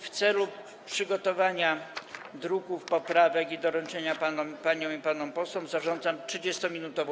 W celu przygotowania druku poprawek i doręczenia ich paniom i panom posłom zarządzam 30-minutową